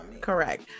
Correct